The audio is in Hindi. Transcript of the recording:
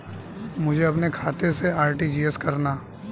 मुझे अपने खाते से आर.टी.जी.एस करना?